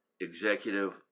executive